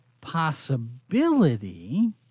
possibility